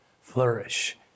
flourish